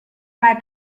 mai